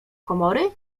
komory